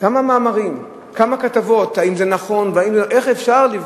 כמה מאמרים, כמה כתבות, והאם זה נכון?